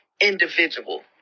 individual